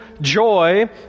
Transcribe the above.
joy